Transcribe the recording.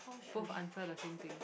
both answer the same thing